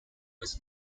was